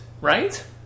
right